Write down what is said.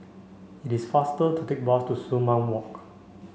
it is faster to take bus to Sumang Walk